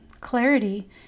clarity